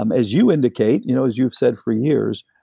um as you indicate, you know as you have said for years,